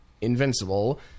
invincible